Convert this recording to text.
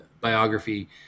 biography